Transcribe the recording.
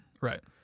Right